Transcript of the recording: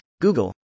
Google